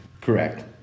Correct